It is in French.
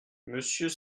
monsieur